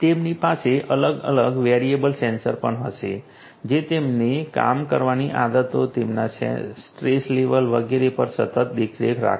તેમની પાસે અલગ અલગ વેરિયેબલ સેન્સર પણ હશે જે તેમની કામ કરવાની આદતો તેમના સ્ટ્રેસ લેવલ વગેરે પર સતત દેખરેખ રાખશે